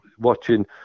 watching